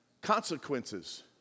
consequences